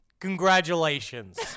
Congratulations